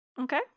Okay